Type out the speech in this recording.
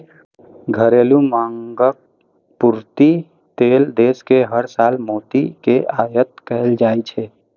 घरेलू मांगक पूर्ति लेल देश मे हर साल मोती के आयात कैल जाइ छै